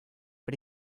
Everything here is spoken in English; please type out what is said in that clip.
but